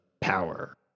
power